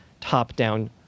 top-down